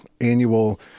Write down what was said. annual